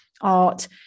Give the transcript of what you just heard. art